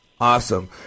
Awesome